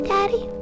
Daddy